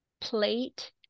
plate